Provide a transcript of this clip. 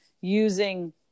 using